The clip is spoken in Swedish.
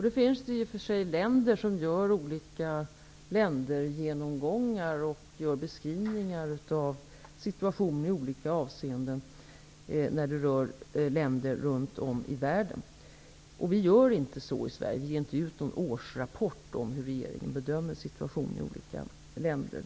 Det finns i och för sig länder som gör olika genomgångar och beskrivningar av situationen i olika avseenden i länder runt om i världen. Vi gör inte så i Sverige; vi ger inte ut någon årsrapport om hur regeringen bedömer situationen i olika länder.